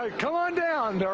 ah come on down.